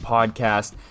Podcast